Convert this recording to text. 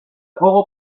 juego